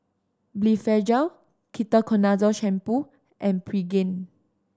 Blephagel Ketoconazole Shampoo and Pregain